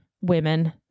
women